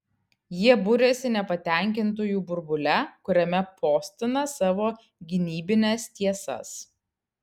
jie buriasi nepatenkintųjų burbule kuriame postina savo gynybines tiesas